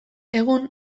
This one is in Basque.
egun